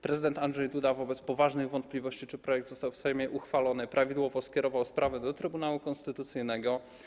Prezydent Andrzej Duda wobec poważnych wątpliwości, czy projekt został w Sejmie uchwalony prawidłowo, skierował sprawę do Trybunału Konstytucyjnego.